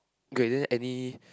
okay then any